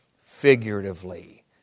figuratively